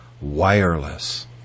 Wireless